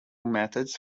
methods